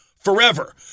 forever